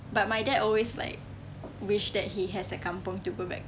but my dad always like wish that he has a kampung to go back to